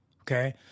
Okay